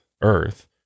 Earth